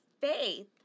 faith